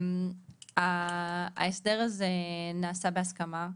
ההסדר הזה נעשה בהסכמה.